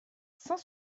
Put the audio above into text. cent